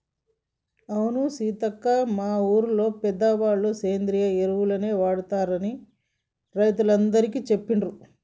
అవును సీతక్క మా ఊరిలో పెద్దవాళ్ళ సేంద్రియ ఎరువులనే వాడమని రైతులందికీ సెప్పిండ్రు